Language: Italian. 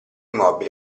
mobili